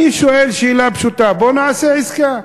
אני שואל שאלה פשוטה: בואו ונעשה עסקה.